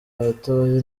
batoya